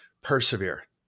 Persevere